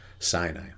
Sinai